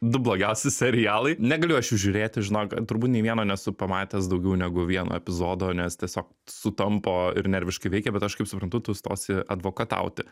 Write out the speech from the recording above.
du blogiausi serialai negaliu aš jų žiūrėti žinok turbūt nė vieno nesu pamatęs daugiau negu vieno epizodo nes tiesiog sutampo ir nerviškai veikia bet aš kaip suprantu tu stosi advokatauti